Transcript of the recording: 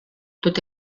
tot